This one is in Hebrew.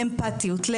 לאמפטיות,